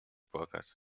płakać